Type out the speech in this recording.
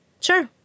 Sure